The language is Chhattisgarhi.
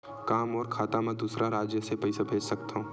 का मोर खाता म दूसरा राज्य ले पईसा भेज सकथव?